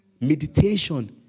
Meditation